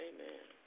Amen